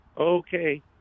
Okay